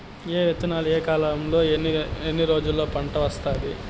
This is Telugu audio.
ఏ విత్తనాలు ఏ కాలంలో ఎన్ని రోజుల్లో పంట వస్తాది?